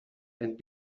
and